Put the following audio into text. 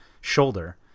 shoulder